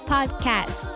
Podcast